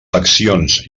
accions